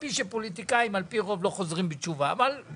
אף